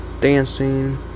dancing